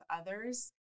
others